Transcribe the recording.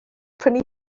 prynu